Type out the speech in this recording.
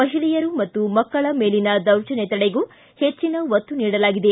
ಮಹಿಳೆಯರು ಮತ್ತು ಮಕ್ಕಳ ಮೇಲಿನ ದೌರ್ಜನ್ಯ ತಡೆಗೂ ಹೆಚ್ಚಿನ ಒತ್ತು ನೀಡಲಾಗಿದೆ